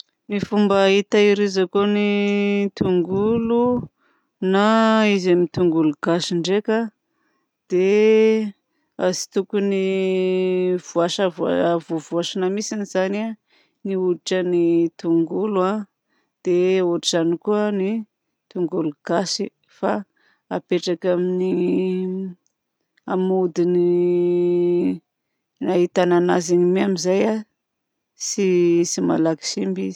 Ny fomba hitehirizako ny tongolo na izy amin'ny tongolo gasy ndraika dia tsy tokony voasavoa- voavoasana mihitsy zany ny hoditra ny tongolo. Dia ohatra izany koa ny tongolo gasy fa apetraka amin'igny amin'ny amin'ny hodiny nahitana anazy iny mi amin'izay a tsy tsy malaky simba izy.